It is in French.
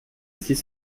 six